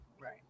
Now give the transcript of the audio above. Right